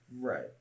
right